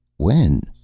when?